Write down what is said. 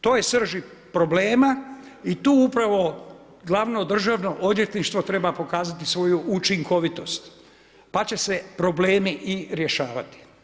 To je srž problema i tu upravo Glavno državno odvjetništvo treba pokazati svoju učinkovitost, pa će se problemi i rješavati.